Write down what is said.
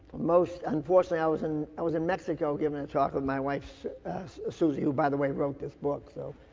most unfortunately, i was in, i was in mexico giving a talk with my wife suzie, who, by the way, wrote this book. so